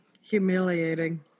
Humiliating